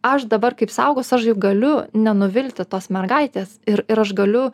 aš dabar kaip suaugus aš juk galiu nenuvilti tos mergaitės ir ir aš galiu